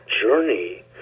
journey